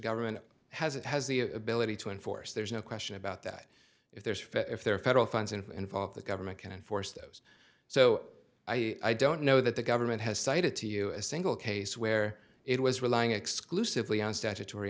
government has it has the ability to enforce there's no question about that if there is fit if there are federal funds and involved the government can enforce those so i don't know that the government has cited to you a single case where it was relying exclusively on statutory